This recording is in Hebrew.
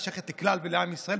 היא שייכת לכלל עם ישראל.